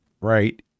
right